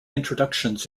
introductions